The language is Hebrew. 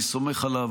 אני סומך עליו.